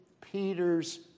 Peter's